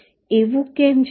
એવું કેમ છે